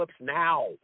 Now